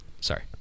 Sorry